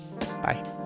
bye